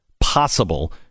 possible